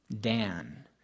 Dan